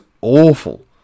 awful